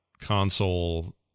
console